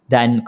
Dan